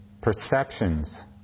perceptions